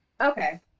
Okay